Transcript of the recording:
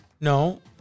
No